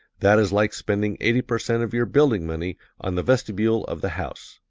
that is like spending eighty percent of your building-money on the vestibule of the house.